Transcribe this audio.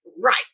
right